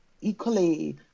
equally